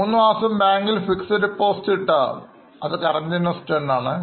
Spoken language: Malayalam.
മൂന്നുമാസം ബാങ്കിൽ ഫിക്സഡ് ഡിപ്പോസിറ്റ് ഇട്ടാൽഅത് Current Investment ആണ്